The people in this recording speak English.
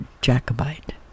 Jacobite